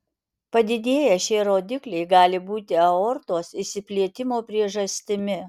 padidėję šie rodikliai gali būti aortos išsiplėtimo priežastimi